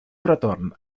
retorn